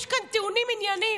יש כאן טיעונים ענייניים.